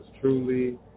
truly